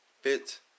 fit